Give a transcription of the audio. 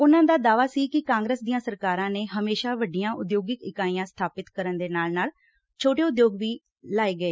ਉਨਾਂ ਦਾ ਦਾਅਵਾ ਸੀ ਕਿ ਕਾਂਗਰਸ ਦੀਆਂ ਸਰਕਾਰਾਂ ਨੇ ਹਮੇਸ਼ਾ ਵੱਡੀਆਂ ਉਦਯੋਗਿਕ ਇਕਾਈਆਂ ਸਬਾਪਿਤ ਕਰਨ ਦੇ ਨਾਲ ਨਾਲ ਛੋਟੇ ਉਦਯੋਗ ਵੀ ਲਾਏ ਗਏ